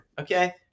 okay